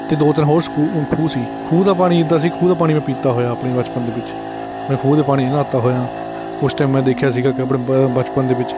ਅਤੇ ਦੋ ਤਿੰਨ ਹੋਰ ਸਕੂ ਖੂਹ ਸੀ ਖੂਹ ਦਾ ਪਾਣੀ ਐਦਾਂ ਸੀ ਖੂਹ ਦਾ ਪਾਣੀ ਮੈਂ ਪੀਤਾ ਹੋਇਆ ਆਪਣੇ ਬਚਪਨ ਦੇ ਵਿੱਚ ਮੈਂ ਖੂਹ ਦੇ ਪਾਣੀ 'ਚ ਨਹਾਤਾ ਹੋਇਆਂ ਉਸ ਟੈਮ ਮੈਂ ਦੇਖਿਆ ਸੀਗਾ ਕਿ ਆਪਣੇ ਬ ਬਚਪਨ ਦੇ ਵਿੱਚ